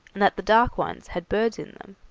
and that the dark ones had birds in them.